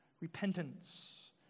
repentance